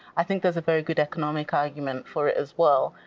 i think there's a very good economic argument for it as well.